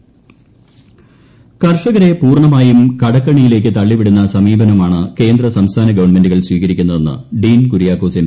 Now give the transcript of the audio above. ഡീൻ കുര്യാക്കോസ് പൂർണമായും കടക്കെണിയിലേക്ക് തള്ളിവിടുന്ന കർഷകരെ സമീപനമാണ് കേന്ദ്രസംസ്ഥാന ഗവൺമെന്റുകൾ സ്വീകരിക്കുന്നതെന്ന് ഡീൻ കുര്യാക്കോസ് എം